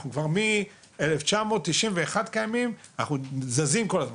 אנחנו כבר מ-1991 קיימים, אנחנו זזים כל הזמן.